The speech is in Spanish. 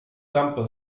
campo